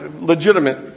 legitimate